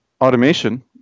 automation